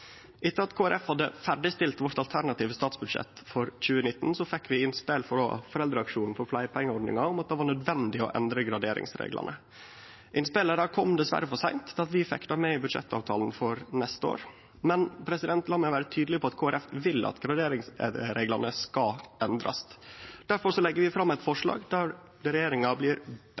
Etter at vi i Kristeleg Folkeparti hadde ferdigstilt vårt alternative statsbudsjett for 2019, fekk vi innspel frå foreldreaksjonen for endring av pleiepengeordninga om at det var nødvendig å endre graderingsreglane. Innspela kom dessverre for seint til at vi fekk det med i budsjettavtalen for neste år. Men lat meg vere tydeleg på at Kristeleg Folkeparti vil at graderingsreglane skal endrast. Difor legg vi fram eit forslag der regjeringa blir